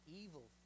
evil